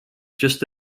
just